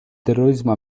terrorismo